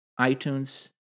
iTunes